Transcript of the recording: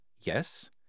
Yes